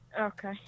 Okay